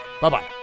Bye-bye